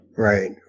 Right